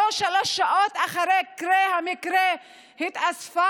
לא שלוש שעות אחרי קרות המקרה התאספה